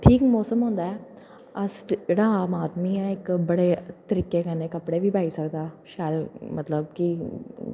ठीक मौसम होंदा ऐ अस हड़ाऽ मारने आं इक बड़े तरीकै कन्नै कपड़े बी पाई सकदा शैल मतलब कि